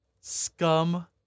Scum